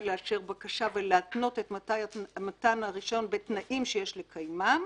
לאשר בקשה ולהתנות את מתן הרישיון בתנאים שיש לקיימם,